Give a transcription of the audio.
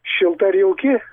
šilta ir jauki